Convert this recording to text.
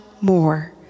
more